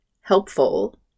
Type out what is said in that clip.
helpful